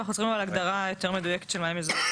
אבל אנחנו צריכים הגדרה יותר מדויקת של מים מזוהמים.